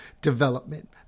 development